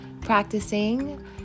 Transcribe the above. practicing